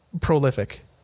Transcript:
prolific